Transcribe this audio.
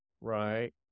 right